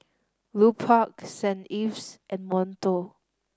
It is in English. Lupark Saint Ives and Monto